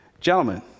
gentlemen